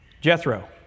Jethro